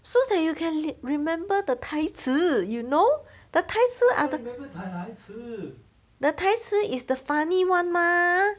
so that you can remember the 台词 you know the 台词 are the the 台词 is the funny [one] mah